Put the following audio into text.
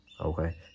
Okay